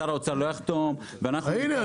שר האוצר לא יחתום ואנחנו --- הנה,